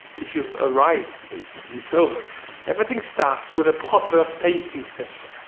if you've arrived basically? so everything starts with a proper tasting session.